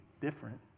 different